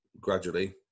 Gradually